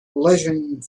legend